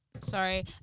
sorry